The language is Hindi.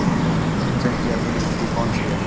सिंचाई की आधुनिक विधि कौनसी हैं?